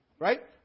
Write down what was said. Right